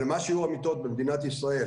אלא מה שיעור במיטות במדינת ישראל